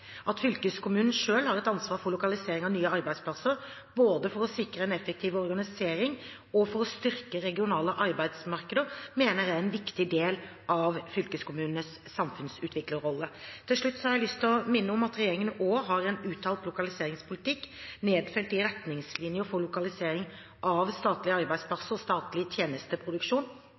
At fylkeskommunen selv har et ansvar for lokaliseringen av nye arbeidsplasser, både for å sikre en effektiv organisering og for å styrke regionale arbeidsmarkeder, mener jeg er en viktig del av fylkeskommunenes samfunnsutviklerrolle. Til slutt har jeg lyst til å minne om at regjeringen også har en uttalt lokaliseringspolitikk nedfelt i Retningslinjer for lokalisering av statlege arbeidsplassar og